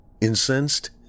Incensed